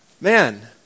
man